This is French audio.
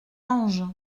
ange